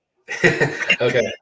okay